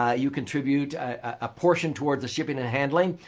ah you contribute a portion towards the shipping and handling.